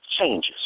Changes